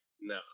no